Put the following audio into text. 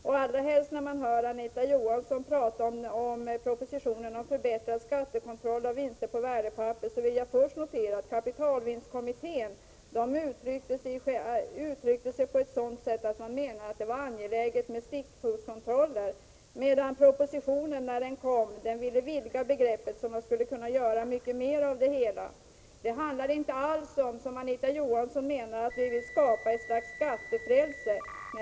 Efter att ha hört Anita Johansson tala om propositionen om förbättrad skattekontroll och vinster på värdepapper, vill jag framhålla att kapitalvinstkommittén menade att det var angeläget med stickprovskontroller. Men i propositionen vidgas greppet, så att man skall kunna göra mycket mera av det hela. Det handlar inte alls om, som Anita Johansson menar, att vi vill skapa ett slags skattefrälse.